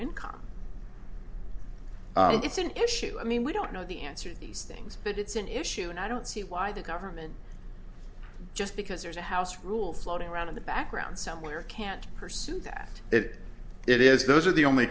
income it's an issue i mean we don't know the answer to these things but it's an issue and i don't see why the government just because there's a house rule floating around in the background somewhere can't pursue that it it is those are the only